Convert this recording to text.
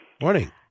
Morning